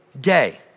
day